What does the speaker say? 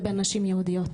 לבין נשים יהודיות.